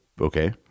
okay